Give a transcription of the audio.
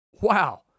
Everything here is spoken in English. Wow